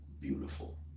beautiful